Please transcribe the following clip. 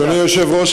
אדוני היושב-ראש,